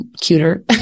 cuter